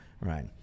Right